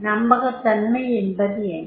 நம்பகத்தன்மை என்பது என்ன